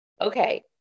Okay